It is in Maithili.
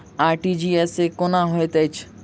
आर.टी.जी.एस कोना होइत छै?